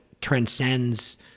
transcends